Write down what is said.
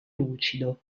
lucido